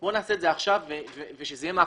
בואו נעשה את זה עכשיו ושזה יהיה מאחורינו.